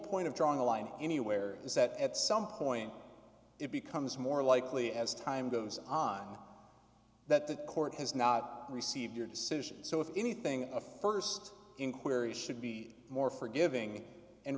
point of drawing the line anywhere is that at some point it becomes more likely as time goes on that the court has not received your decisions so if anything a st inquiry should be more forgiving and